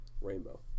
rainbow